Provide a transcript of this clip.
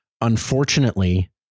Unfortunately